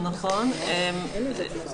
אין.